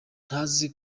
ndazi